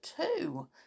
two